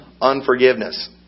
unforgiveness